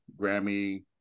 grammy